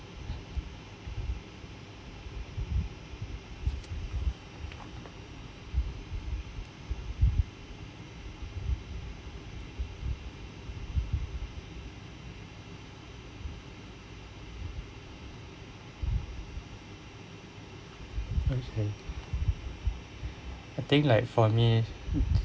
okay I think like for me